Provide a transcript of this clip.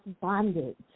bondage